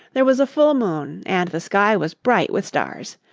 there was a full moon and the sky was bright with stars.